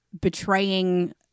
betraying